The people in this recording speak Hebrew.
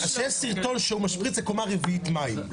יש סרטון שהוא משפריץ לקומה רביעית מים,